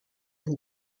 and